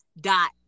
dot